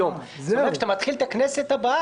שמדבר על זה שזה נפסק ושזה מתחדש מתחילת הכנסת ה-24.